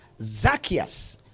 Zacchaeus